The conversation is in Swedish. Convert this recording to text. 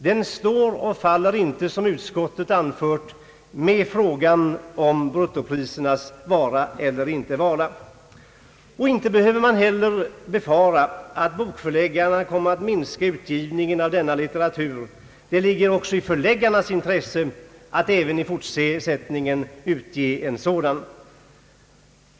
Som utskottet anfört står och faller den inte med frågan om bruttoprisernas vara eller inte vara. Inte behöver man heller befara att bokförläggarna kommer att minska utgivningen av denna litteratur. Det ligger också i förläggarnas intresse att även i fortsättningen utge sådan litteratur.